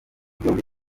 byombi